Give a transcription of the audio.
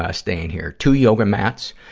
ah staying here. two yoga mats,